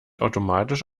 automatisch